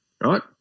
right